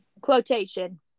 Quotation